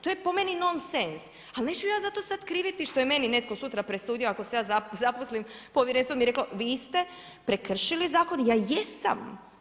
To je po meni nonsens, ali neću ja zato sad kriviti što je meni netko sutra presudio ako se ja zaposlim, povjerenstvo mi je reklo vi ste prekršili zakon i ja jesam.